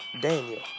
Daniel